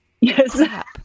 Yes